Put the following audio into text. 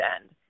end